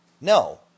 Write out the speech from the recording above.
No